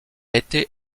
été